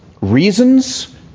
reasons